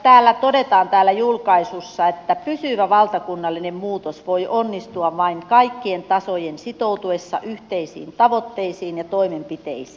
täällä julkaisussa todetaan että pysyvä valtakunnallinen muutos voi onnistua vain kaikkien tasojen sitoutuessa yhteisiin tavoitteisiin ja toimenpiteisiin